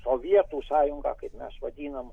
sovietų sąjungą kaip mes vadinam